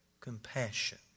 compassion